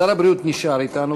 שר הבריאות נשאר אתנו,